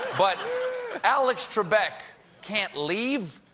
but alex trebek can't leave!